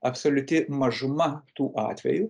absoliuti mažuma tų atvejų